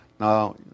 Now